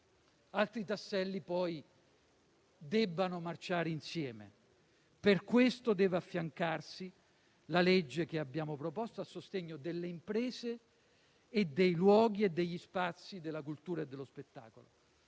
altri tasselli poi debbano marciare insieme. Per questo deve affiancarsi la legge che abbiamo proposto a sostegno delle imprese, dei luoghi e degli spazi della cultura e dello spettacolo.